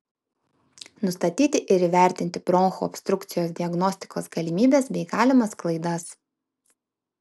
nustatyti ir įvertinti bronchų obstrukcijos diagnostikos galimybes bei galimas klaidas